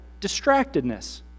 distractedness